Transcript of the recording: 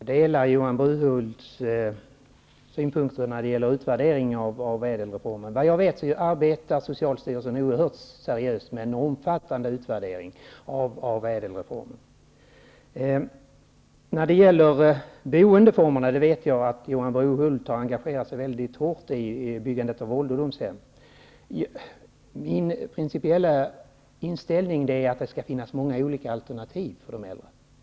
Fru talman! Jag delar Johan Brohults synpunkter när det gäller utvärderingen av ÄDEL-reformen. Vad jag vet arbetar socialstyrelsen oerhört seriöst med en omfattande utvärdering av ÄDEL Jag vet att Johan Brohult har engagerat sig mycket hårt i byggandet av ålderdomshem. Min principiella inställning är att det skall finnas många olika alternativ för de äldre.